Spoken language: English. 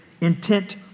intent